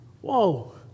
whoa